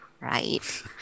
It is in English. right